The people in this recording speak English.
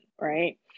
right